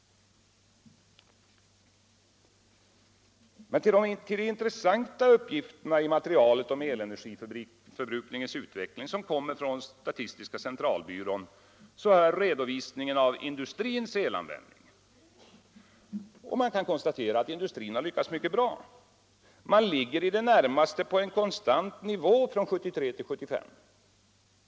Till de intressanta uppgifterna i materialet om elenergiförbrukningens utveckling, vilka kommer från statistiska centralbyrån, hör redovisningen av industrins elanvändning. Man kan där konstatera att industrin har lyckats mycket bra: man ligger på en i det närmaste konstant nivå mellan åren 1973 och 1975.